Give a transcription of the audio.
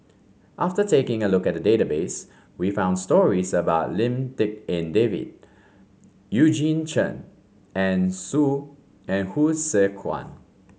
after taking a look at the database we found stories about Lim Tik En David Eugene Chen and Hsu a and Tse Kwang